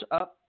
up